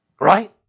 Right